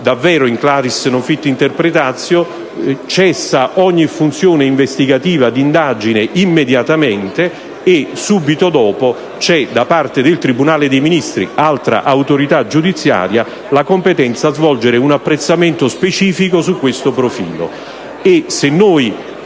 davvero *in claris non fit interpretatio* - cessa ogni azione investigativa di indagine immediatamente e, subito dopo, c'è da parte del tribunale dei Ministri, altra autorità giudiziaria, la competenza a svolgere un apprezzamento specifico su questo profilo.